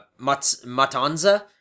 Matanza